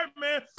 man